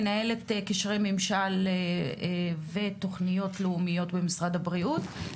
מנהלת קשרי ממשל ותכניות לאומיות במשרד הבריאות.